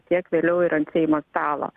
tiek vėliau ir ant seimo stalo